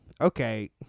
Okay